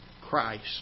Christ